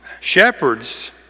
shepherds